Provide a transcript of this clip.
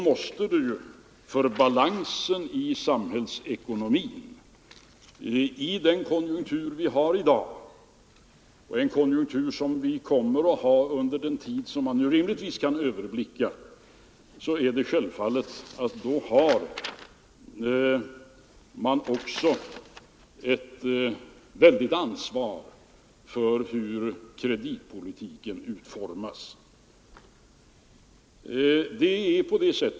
Med tanke på den konjunktur vi har i dag och den konjunktur som vi kommer att ha under den tid som man rimligtvis kan överblicka är det självfallet att vi har ett väldigt ansvar för hur kreditpolitiken utformas.